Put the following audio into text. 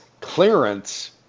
clearance